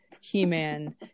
he-man